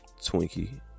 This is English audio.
Twinkie